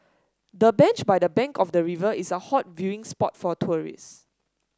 the bench by the bank of the river is a hot viewing spot for tourist